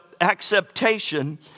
acceptation